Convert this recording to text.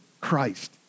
Christ